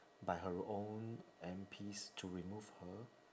by her own M_Ps to remove her